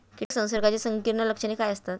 कीटक संसर्गाची संकीर्ण लक्षणे काय असतात?